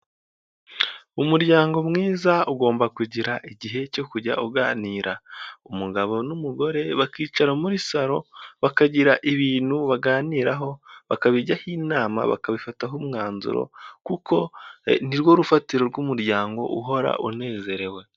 Umuryango mwiza ugomba kugira igihe cyo kujya uganira, umugabo n'umugore bakicara muri saro bakagira ibintu baganiraho bakabijyaho inama bakabifataho umwanzuro kuko nirwo rufatiro rw'umuryango uhora unezerewe.